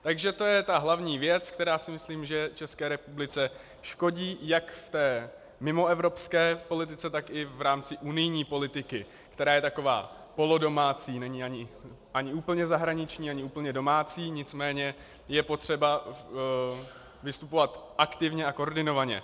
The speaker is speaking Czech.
Takže to je ta hlavní věc, která si myslím, že České republice škodí jak v mimoevropské politice, tak v rámci unijní politiky, která je taková polodomácí, není ani úplně zahraniční, ani úplně domácí, nicméně je potřeba vystupovat aktivně a koordinovaně.